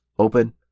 Open